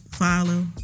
follow